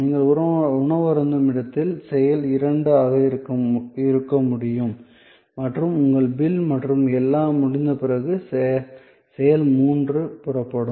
நீங்கள் உணவருந்தும் இடத்தில் செயல் 2 இருக்க முடியும் மற்றும் உங்கள் பில் மற்றும் எல்லாம் முடிந்த பிறகு செயல் 3 புறப்படும்